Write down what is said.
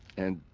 and.